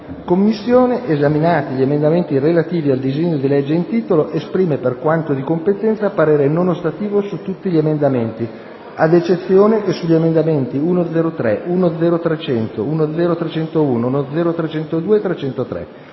bilancio, esaminati gli emendamenti relativi al disegno di legge in titolo, esprime, per quanto di propria competenza, parere non ostativo su tutti gli emendamenti, ad eccezione che sugli emendamenti 1.0.3, 1.0.300, 1.0.301, 1.0.302 e